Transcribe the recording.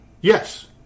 Yes